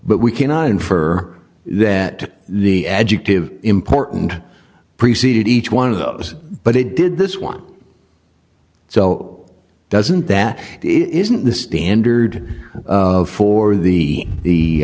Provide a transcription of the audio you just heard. but we cannot infer that the education important preceded each one of those but it did this one so doesn't that isn't the standard for the the